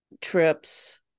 trips